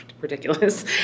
ridiculous